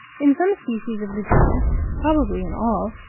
in some species of the genus, probably in all,